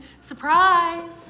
Surprise